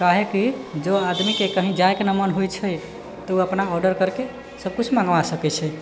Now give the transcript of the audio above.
काहेकि जब आदमीके कहीँ जायके नहि मन होयत छै तऽ ओ अपना ऑर्डर करिके सब किछु मङ्गबा सकैत छै